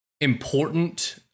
important